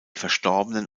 verstorbenen